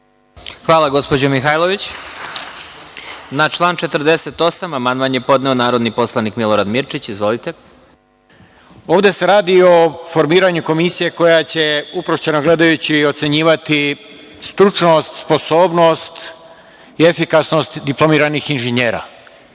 Marinković** Hvala. Na član 48. amandman je podneo narodni poslanik Milorad Mirčić. Izvolite. **Milorad Mirčić** Ovde se radi o formiranju komisije koja će, uprošćeno gledajući, ocenjivati stručnost, sposobnost i efikasnost diplomiranih inženjera.